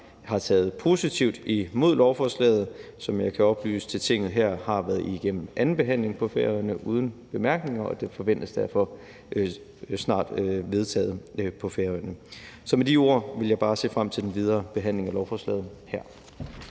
har taget positivt imod lovforslaget, som jeg kan oplyse til Tinget her har været igennem anden behandling på Færøerne uden bemærkninger, og det forventes derfor snart vedtaget på Færøerne. Så med de ord vil jeg bare se frem til den videre behandling af lovforslaget her.